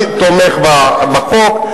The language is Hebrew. אני תומך בחוק,